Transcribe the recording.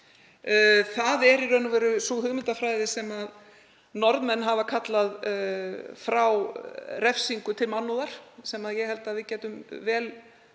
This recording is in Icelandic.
Það er í raun og veru sú hugmyndafræði sem Norðmenn hafa kallað Frá refsingu til mannúðar, sem ég held að við gætum vel